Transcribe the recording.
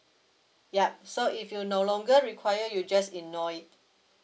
yup so if you no longer require you just ignore it